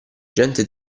gente